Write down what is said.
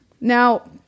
Now